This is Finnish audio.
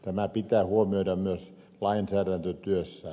tämä pitää huomioida myös lainsäädäntötyössä